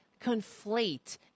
conflate